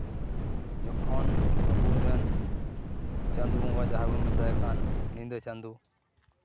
ᱡᱚᱠᱷᱚᱱ ᱟᱵᱚ ᱨᱮᱱ ᱪᱟᱸᱫᱳ ᱵᱚᱸᱜᱟ ᱡᱟᱦᱟᱸᱭ ᱵᱚᱱ ᱢᱮᱛᱟᱭ ᱠᱟᱱ ᱧᱤᱫᱟᱹ ᱪᱟᱸᱫᱳ